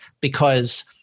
because-